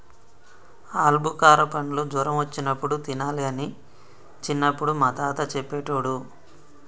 ఆల్బుకార పండ్లు జ్వరం వచ్చినప్పుడు తినాలి అని చిన్నపుడు మా తాత చెప్పేటోడు